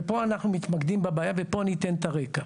ופה אנחנו מתמקדים בבעיה, ופה אתן את הרקע.